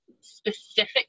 specific